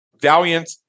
valiant